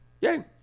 Yay